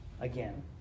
again